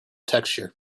texture